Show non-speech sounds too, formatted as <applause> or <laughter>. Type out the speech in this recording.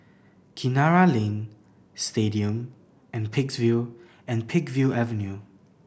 Kinara Lane Stadium and <unintelligible> and Peakville Avenue